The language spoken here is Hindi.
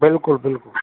बिल्कुल बिल्कुल